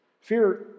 Fear